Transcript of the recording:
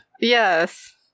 Yes